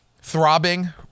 throbbing